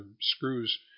screws